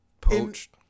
Poached